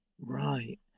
Right